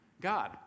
God